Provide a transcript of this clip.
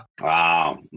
Wow